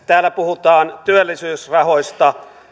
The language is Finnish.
täällä puhutaan työllisyysrahoista